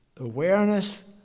awareness